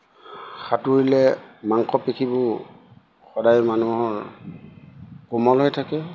সাঁতুৰিলে মাংস পেশীবোৰ সদায় মানুহৰ কোমল হৈ থাকে